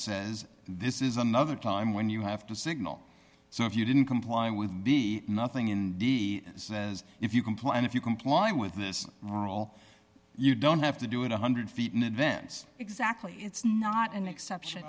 says this is another time when you have to signal so if you didn't comply with the nothing in the says if you comply and if you comply with this role you don't have to do it one hundred feet in advance exactly it's not an exception